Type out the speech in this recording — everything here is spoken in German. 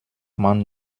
man